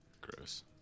Gross